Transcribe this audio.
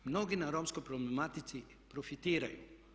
Mnogi na romskoj problematici profitiraju.